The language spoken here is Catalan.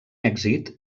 èxit